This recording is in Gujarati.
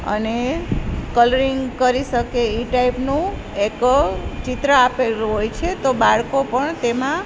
અને કલરિંગ કરી શકે એ ટાઈપનું એક ચિત્ર આપેલું હોય છે તો બાળકો પણ તેમાં